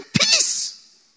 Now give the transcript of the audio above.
peace